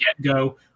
get-go